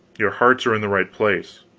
your hearts are in the right place,